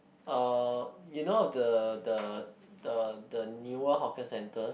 uh you know of the the the newer hawker centres